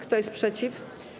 Kto jest przeciw?